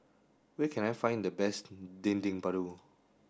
where can I find the best Dendeng Paru